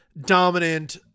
dominant